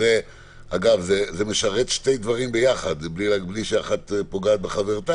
אגב, זה משרת שני דברים ביחד בלי שאחד פוגע בחברו,